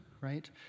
right